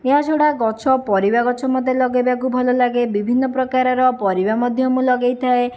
ଏହା ଛଡ଼ା ଗଛ ପରିବା ଗଛ ମୋତେ ଲଗାଇବାକୁ ଭଲ ଲାଗେ ବିଭିନ୍ନ ପ୍ରକାରର ପରିବା ମଧ୍ୟ ମୁଁ ଲଗାଇଥାଏ